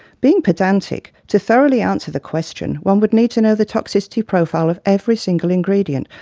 being pedantic, to thoroughly answer the question one would need to know the toxicity profile of every single ingredient.